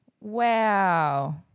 Wow